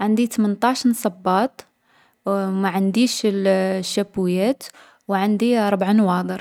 عندي تمنطاعشن صباط. وما عنديش الـ الشابويات. وعندي ربع نواظر.